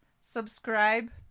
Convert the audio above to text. subscribe